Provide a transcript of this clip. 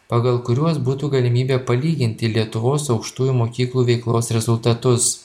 pagal kuriuos būtų galimybė palyginti lietuvos aukštųjų mokyklų veiklos rezultatus